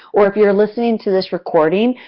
or if you're listening to this recording,